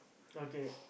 okay